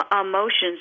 emotions